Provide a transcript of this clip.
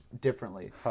differently